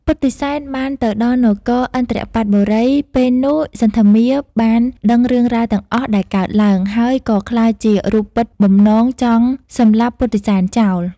ពុទ្ធិសែនបានទៅដល់នគរឥន្ទបត្តបុរី ពេលនោះសន្ធមារបានដឹងរឿងរ៉ាវទាំងអស់ដែលកើតឡើង ហើយក៏ក្លាយជារូបពិតបំណងចង់សម្លាប់ពុទ្ធិសែនចោល។